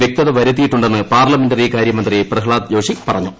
വ്യക്തത വരുത്തിയിട്ടുന്നെ് പാർലമെന്ററികാര്യ മന്ത്രി പ്രഹ്ളാദ് ജോഷി പറഞ്ഞു